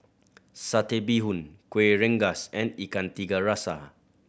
Satay Bee Hoon Kueh Rengas and Ikan Tiga Rasa